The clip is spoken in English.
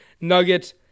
Nuggets